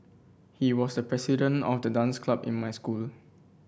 he was the president of the dance club in my school